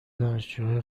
دانشجوهای